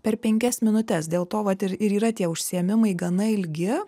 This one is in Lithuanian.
per penkias minutes dėl to vat ir ir yra tie užsiėmimai gana ilgi